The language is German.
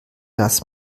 das